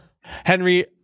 henry